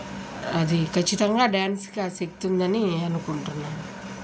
అది ఖచ్చితంగా డ్యాన్స్కి ఆ శక్తి ఉందని అనుకుంటున్నాను